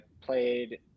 played